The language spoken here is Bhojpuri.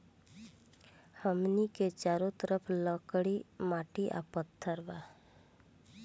हमनी के चारो तरफ लकड़ी माटी आ पत्थर बा